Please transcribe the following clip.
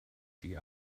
die